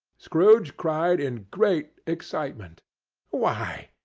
scrooge cried in great excitement why,